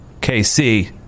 KC